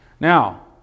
Now